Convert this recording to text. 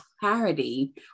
clarity